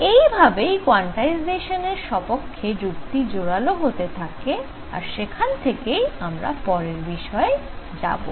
এইভাবেই কোয়ান্টাইজেশানের স্বপক্ষে যুক্তি জোরালো হতে থাকে আর সেখান থেকেই আমরা পরের বিষয়ে যাবো